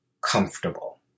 comfortable